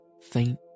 faint